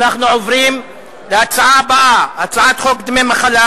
אנחנו עוברים להצעה הבאה, הצעת חוק דמי מחלה